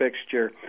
fixture